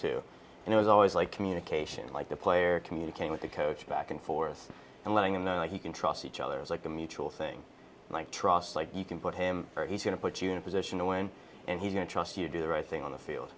too and it was always like communication like the player communicating with the coach back and forth and letting him know he can trust each other it's like a mutual thing like trust like you can put him or he's going to put you in a position to win and he's going to trust you do the right thing on the field